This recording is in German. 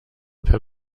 per